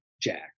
Jack